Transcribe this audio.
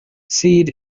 seed